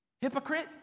Hypocrite